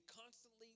constantly